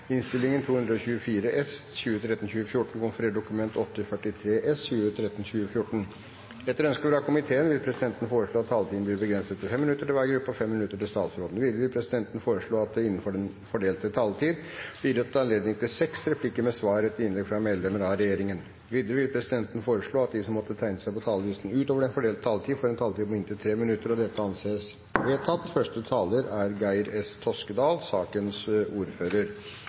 minutter til statsråden. Videre vil presidenten foreslå at det blir gitt anledning til seks replikker med svar etter innlegg fra medlemmer av regjeringen innenfor den fordelte taletid. Videre vil presidenten foreslå at de som måtte tegne seg på talerlisten utover den fordelte taletid, får en taletid på inntil 3 minutter. – Dette anses vedtatt. Komiteen har behandlet representantforslag fra stortingsrepresentantene Bård Vegar Solhjell og Karin Andersen om å ta imot flere syriske flyktninger. Den humanitære krisen i Syria er